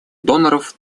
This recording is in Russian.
доноров